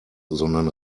sondern